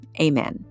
amen